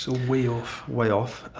ah way off? way off,